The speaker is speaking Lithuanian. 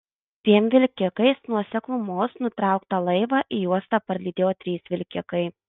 dviem vilkikais nuo seklumos nutrauktą laivą į uostą parlydėjo trys vilkikai